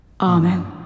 Amen